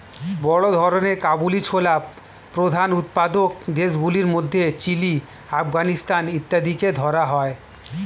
বড় ধরনের কাবুলি ছোলার প্রধান উৎপাদক দেশগুলির মধ্যে চিলি, আফগানিস্তান ইত্যাদিকে ধরা হয়